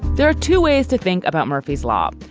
there are two ways to think about murphy's law.